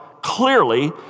Clearly